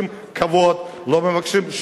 לא מבקשים כבוד,